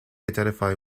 identify